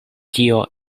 tio